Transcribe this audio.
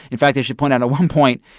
in fact, i should point out at one point,